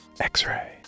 X-Ray